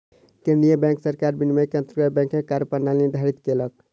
केंद्रीय बैंक सरकार विनियम के अंतर्गत बैंकक कार्य प्रणाली निर्धारित केलक